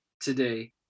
today